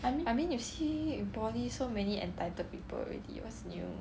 I mean in poly you see so many entitled people already what's new